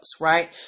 right